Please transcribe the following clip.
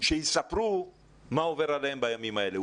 שיספרו מה עובר עליהם בימים האלה.